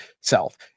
self